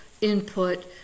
input